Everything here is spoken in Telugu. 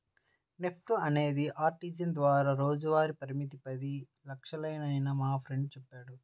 నెఫ్ట్ లేదా ఆర్టీజీయస్ ద్వారా రోజువారీ పరిమితి పది లక్షలేనని మా ఫ్రెండు చెప్పాడు